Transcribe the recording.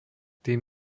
tým